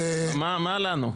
מה לנו?